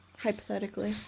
hypothetically